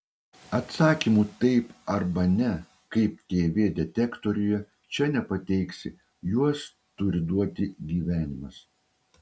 atsakymų taip arba ne kaip tv detektoriuje čia nepateiksi juos turi duoti gyvenimas